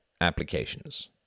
applications